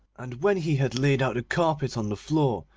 and when he had laid out the carpet on the floor,